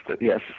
Yes